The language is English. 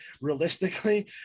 realistically